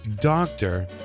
doctor